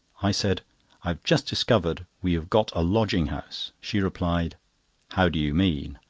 i said i have just discovered we have got a lodging-house. she replied how do you mean?